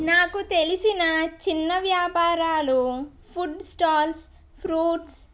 నాకు తెలిసిన చిన్న వ్యాపారాలు ఫుడ్ స్టాల్స్ ఫ్రూట్స్